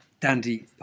Dandy